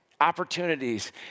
opportunities